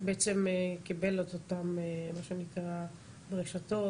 בעצם קיבל אז את אותם מה שנקרא ברשתות,